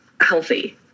healthy